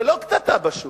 זה לא קטטה בשוק,